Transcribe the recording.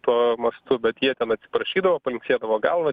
tuo mastu bet jie ten atsiprašydavo palinksėdavo galva